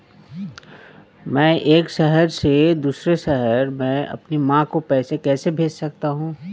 मैं एक शहर से दूसरे शहर में अपनी माँ को पैसे कैसे भेज सकता हूँ?